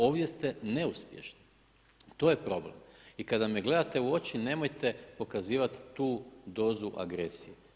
Ovdje ste neuspješni, to je problem i kada me gledate u oči nemojte pokazivati tu dozu agresije.